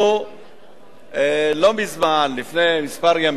לא מזמן, לפני כמה ימים,